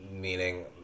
meaning